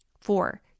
Four